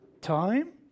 Time